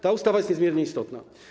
Ta ustawa jest niezmiernie istotna.